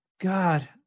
God